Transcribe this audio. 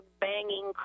banging